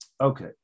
Okay